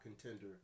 contender